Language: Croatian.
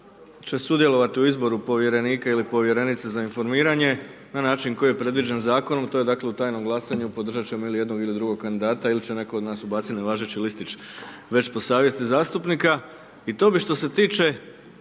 će sudjelovati u izboru povjerenika ili povjerenice za informiranje, na način kojoj je predviđen zakonom, a to je dakle, u tajnom glasanju, podržati ćemo ili jednog ili drugog kandidata ili će netko od nas ubaciti nevažeći listić već po savjesti zastupnika.